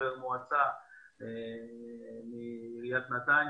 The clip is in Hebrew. חבר מועצה מעיריית נתניה.